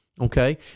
Okay